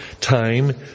time